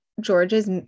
George's